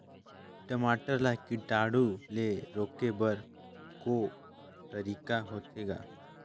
टमाटर ला कीटाणु ले रोके बर को तरीका होथे ग?